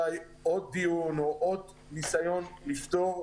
בלי ניסיון לפתור,